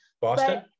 Boston